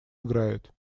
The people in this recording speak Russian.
играет